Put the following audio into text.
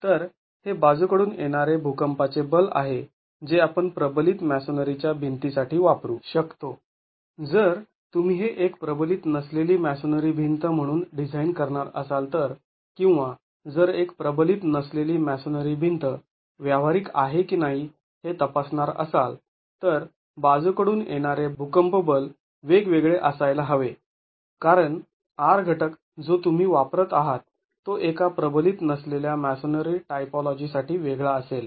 तर हे बाजू कडून येणारे भुकंपाचे बल आहे जे आपण प्रबलित मॅसोनरीच्या भिंती साठी वापरू शकतो जर तुम्ही हे एक प्रबलित नसलेली मॅसोनरी भिंत म्हणून डिझाईन करणार असाल तर किंवा जर एक प्रबलित नसलेली मॅसोनरी भिंत व्यावहारिक आहे की नाही हे तपासणार असाल तर बाजू कडून येणारे भूकंप बल वेगवेगळे असायला हवे कारण R घटक जो तुम्ही वापरत आहात तो एका प्रबलित नसलेल्या मॅसोनरी टाइपोलॉजी साठी वेगळा असेल